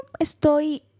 estoy